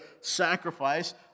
sacrifice